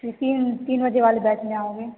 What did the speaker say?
कि तीन तीन बजे वाले बैच में आओगे